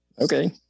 okay